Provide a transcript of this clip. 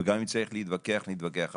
ואם צריך להתווכח, נתווכח.